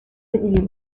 sedili